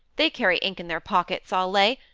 they carry ink in their pockets, i'll lay.